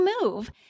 move